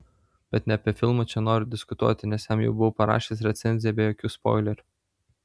bet ne apie filmą čia noriu diskutuoti nes jam jau buvau parašęs recenziją be jokių spoilerių